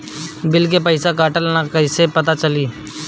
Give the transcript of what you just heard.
Bill के पइसा कटल कि न कइसे पता चलि?